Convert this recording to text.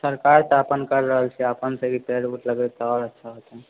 सरकार तऽ अपन करि रहल छै अपन सभ भी पेड़ उड़ लगैबए तऽ आओर अच्छा हेतए